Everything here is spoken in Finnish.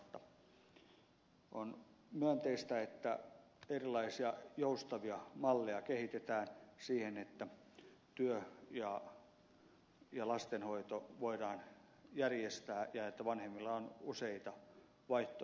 on myönteistä että erilaisia joustavia malleja kehitetään siihen että työ ja lastenhoito voidaan järjestää ja että vanhemmilla on useita vaihtoehtoja